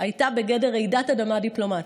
הייתה בגדר רעידת אדמה דיפלומטית.